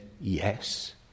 yes